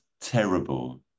terrible